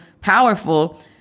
powerful